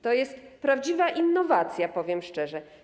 To jest prawdziwa innowacja, powiem szczerze.